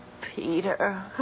Peter